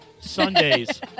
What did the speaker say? Sundays